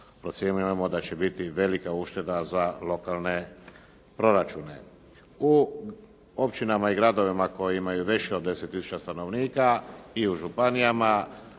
procjenjujemo da će biti velika ušteda za lokalne proračune. U općinama i gradovima koji imaju više od 10 tisuća stanovnika i u županijama